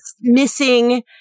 missing